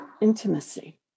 intimacy